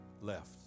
left